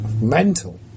Mental